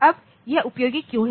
अब यह उपयोगी क्यों है